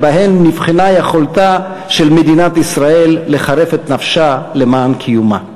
שבהן נבחנה יכולתה של מדינת ישראל לחרף את נפשה למען קיומה.